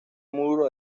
muro